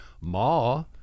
ma